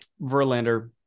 Verlander